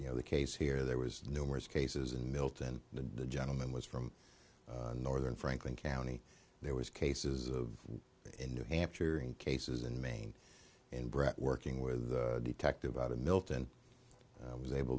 you know the case here there was no worse cases and milton the gentleman was from northern franklin county there was cases of in new hampshire cases in maine and brett working with a detective out of milton was able